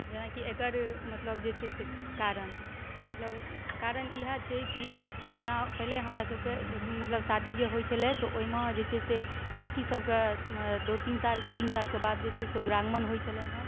जेनाकि एकर मतलब जे छै से कारण मतलब कारण इएहे छै की जेना पहिले हमरा सबके मतलब शादी जे होइ छलै तऽ ओइमे जे छै से लड़की सबकँ दू तीन साल तीन सालके बाद जे छै से दुरागमन होइ छलन हन